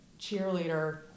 cheerleader